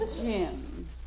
Jim